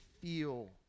feel